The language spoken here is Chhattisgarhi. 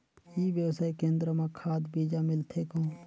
ई व्यवसाय केंद्र मां खाद बीजा मिलथे कौन?